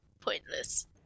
pointless